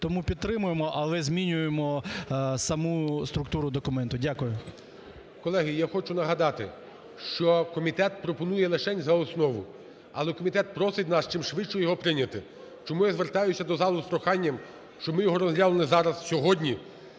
Тому підтримуємо, але змінюємо саму структуру документу. Дякую. ГОЛОВУЮЧИЙ. Колеги, я хочу нагадати, що комітет пропонує лишень за основу. Але комітет просить нас чимшвидше його прийняти. Тому я звертаюся до залу з проханням, щоб ми його розглянули зараз сьогодні,